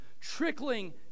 trickling